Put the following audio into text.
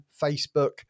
Facebook